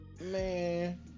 Man